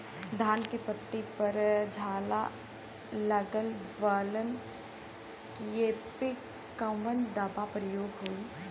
धान के पत्ती पर झाला लगववलन कियेपे कवन दवा प्रयोग होई?